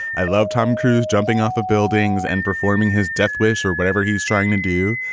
i love tom cruise jumping off of buildings and performing his death wish or whatever he's trying to do.